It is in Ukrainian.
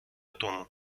тому